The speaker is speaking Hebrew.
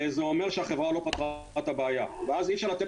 זה אומר שהחברה לא פתרה את הבעיה ואז אי אפשר לתת